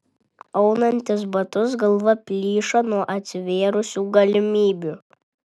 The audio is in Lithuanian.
aunantis batus galva plyšo nuo atsivėrusių galimybių